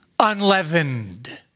Unleavened